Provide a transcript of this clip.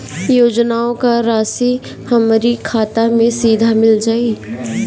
योजनाओं का राशि हमारी खाता मे सीधा मिल जाई?